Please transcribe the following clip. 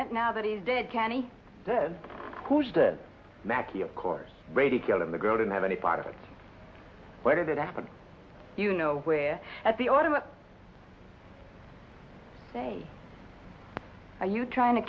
it now that he's dead kenny who stood mackey of course ready to kill him the girl didn't have any part of it where did it happen you know where at the autumn say are you trying to